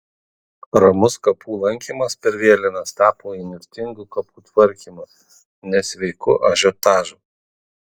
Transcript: ramus kapų lankymas per vėlines tapo įnirtingu kapų tvarkymu nesveiku ažiotažu